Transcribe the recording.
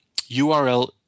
url